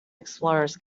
explorers